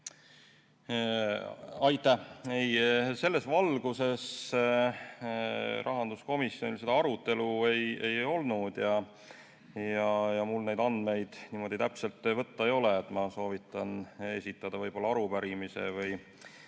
Aitäh! Ei, selles valguses rahanduskomisjonis arutelu ei olnud ja mul neid andmeid niimoodi täpselt võtta ei ole. Ma soovitan esitada arupärimise või